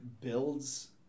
builds